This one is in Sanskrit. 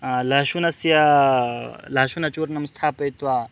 लशुनस्य लाशुनचूर्णं स्थापयित्वा